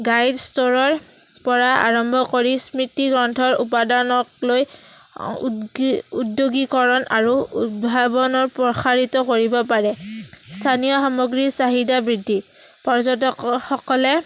guide ষ্ট'ৰৰ পৰা আৰম্ভ কৰি স্মৃতি গ্ৰন্থৰ উপাদানক লৈ উদ্যোগীকৰণ আৰু উদ্ভাৱনৰ প্ৰসাৰিত কৰিব পাৰে স্থানীয় সামগ্ৰীৰ চাহিদা বৃদ্ধি পৰ্যটকসকলে